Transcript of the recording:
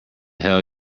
hell